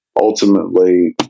ultimately